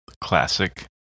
Classic